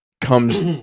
comes